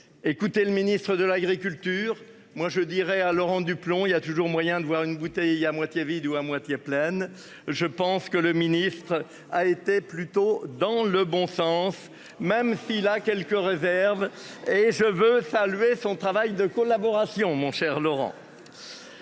Écoutez le ministre de l'Agriculture. Moi je dirai à Laurent Duplomb. Il y a toujours moyen de voir une bouteille à moitié vide ou à moitié pleine. Je pense que le ministre a été plutôt dans le bon sens même. Il a quelques réserves. Et je veux saluer son travail de collaboration, mon cher Laurent.